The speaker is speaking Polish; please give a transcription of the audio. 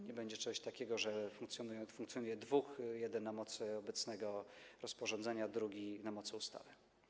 Nie będzie czegoś takiego, że funkcjonuje dwóch: jeden na mocy obecnego rozporządzenia, drugi na mocy ustawy.